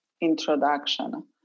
introduction